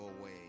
away